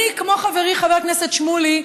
אני, כמו חברי חבר הכנסת שמולי,